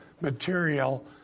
material